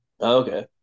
Okay